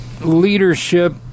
leadership